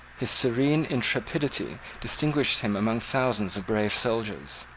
his serene intrepidity distinguished him among thousands of brave soldiers.